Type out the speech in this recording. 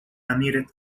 admitted